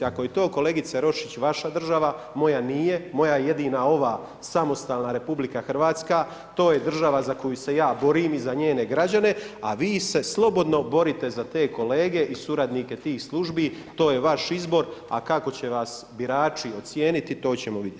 Ako je to kolegice Roščić, vaša država, moja nije, moja jedina ova samostalna RH, to država za koju se ja borim i za njene građane a vi se slobodno borite za te kolege i suradnike tih službi, to je vaš izbor a kako će vas birači ocijeniti, to ćemo vidjeti.